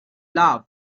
love